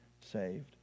saved